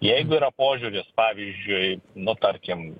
jeigu yra požiūris pavyzdžiui nu tarkim